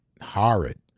horrid